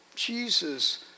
Jesus